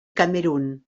camerun